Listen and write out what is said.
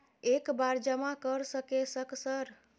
एक बार जमा कर सके सक सर?